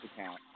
account